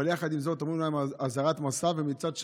ויחד עם זאת אומרים להם אזהרת מסע, ומצד שני,